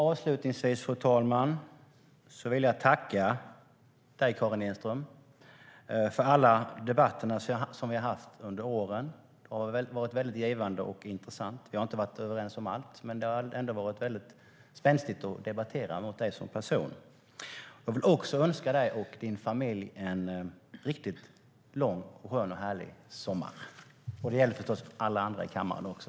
Avslutningsvis vill jag tacka dig, Karin Enström, för alla debatter vi haft under åren. Det har varit givande och intressant. Vi har inte varit överens om allt, men det har varit spänstigt att debattera med dig som person. Jag önskar dig och din familj en riktigt lång och härlig sommar. Det gäller förstås alla andra i kammaren också.